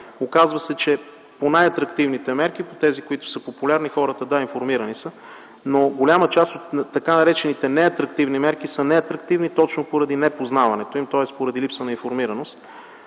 Оказва се, че по най-атрактивните мерки – тези, които са популярни, хората са информирани. Но по-голяма част от така наречените неатрактивни мерки, те са неатрактивни, точно поради непознаването им. Тоест поради липсата на информираност.